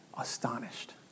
astonished